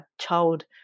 child